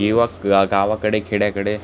गेववा ग गावाकडे खेड्याकडे